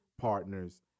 partners